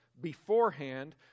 beforehand